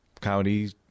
county